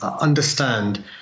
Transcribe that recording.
understand